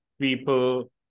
people